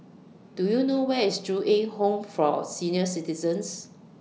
Do YOU know Where IS Ju Eng Home For Senior Citizens